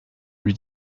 lui